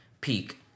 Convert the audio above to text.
peak